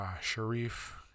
Sharif